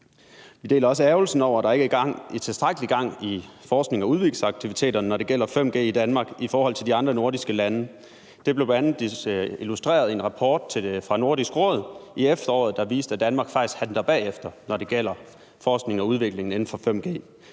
Vi deler også ærgrelsen over, at der ikke er tilstrækkelig gang i forsknings- og udviklingsaktiviteterne, når det gælder 5G i Danmark, i forhold til de andre nordiske lande. Det blev bl.a. illustreret i en rapport fra Nordisk Råd i efteråret, der viste, at Danmark faktisk halter bagefter, når det gælder forskningen og udviklingen inden for 5G.